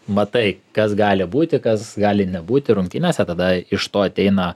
matai kas gali būti kas gali nebūti ir rungtynėse tada iš to ateina